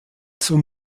zum